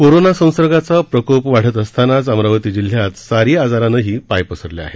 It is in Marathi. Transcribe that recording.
कोरोना संसर्गाचा प्रकोप वाढत असतानाच अमरावती जिल्ह्यात सारी आजारानंही पाय पसरले आहेत